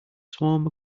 swam